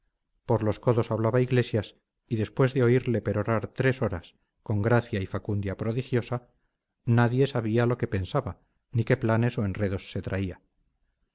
por los codos hablaba iglesias y después de oírle perorar tres horas con gracia y facundia prodigiosa nadie sabía lo que pensaba ni qué planes o enredos se traía